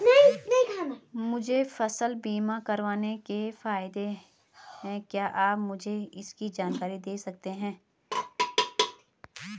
मुझे फसल बीमा करवाने के क्या फायदे हैं क्या आप मुझे इसकी जानकारी दें सकते हैं?